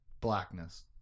blackness